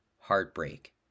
Heartbreak